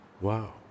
Wow